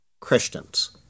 Christians